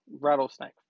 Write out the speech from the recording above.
rattlesnake